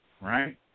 right